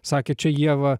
sakė čia ieva